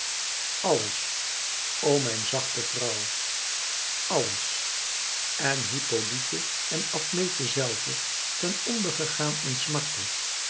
alles o mijn zachte vrouw àlles en hippolyte en admete zelve ten onder gegaan in smàrte